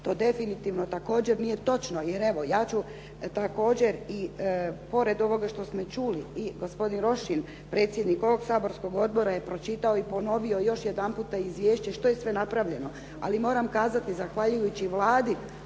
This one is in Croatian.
To definitivno također nije točno jer evo, ja ću također i pored ovoga što smo čuli i gospodin Rošin, predsjednik ovog saborskog odbora je pročitao i ponovio još jedanput izvješće što je sve napravljeno, ali moram kazati zahvaljujući Vladi,